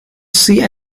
sea